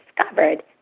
discovered